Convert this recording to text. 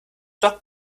dock